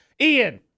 Ian